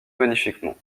magnifiquement